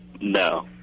No